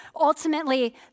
ultimately